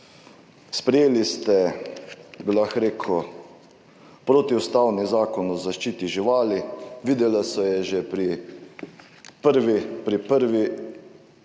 Sprejeli ste, bi lahko rekel, protiustavni zakon o zaščiti živali. Videlo se je že pri prvem